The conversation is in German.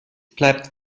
bleibt